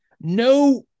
No